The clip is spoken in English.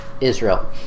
Israel